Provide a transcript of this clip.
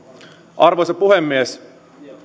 arvoisa puhemies